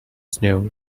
snow